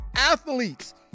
athletes